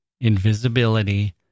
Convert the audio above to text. invisibility